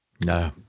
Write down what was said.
No